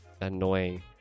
annoying